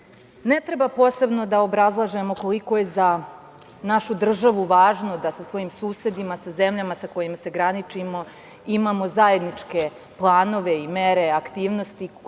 treba posebno da obrazlažem koliko je za našu državu važno da sa svojim susedima, sa zemljama sa kojima se graničimo, imamo zajedničke planove i mere, aktivnosti,